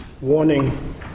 warning